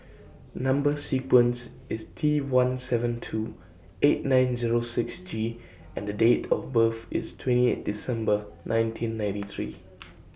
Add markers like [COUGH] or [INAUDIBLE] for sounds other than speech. Number sequence IS T one seven two eight nine Zero six G and Date of birth IS twenty eight December nineteen ninety three [NOISE]